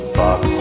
box